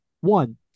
one